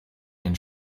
den